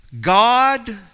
God